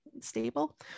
stable